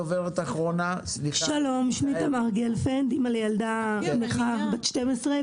אני אימא לילדה נכה בת 12,